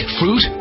fruit